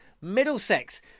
Middlesex